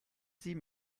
sie